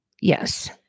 Yes